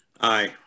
Aye